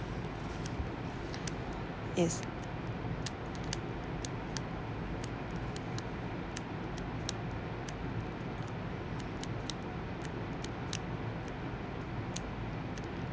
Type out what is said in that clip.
yes